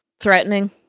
Threatening